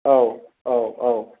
औ औ औ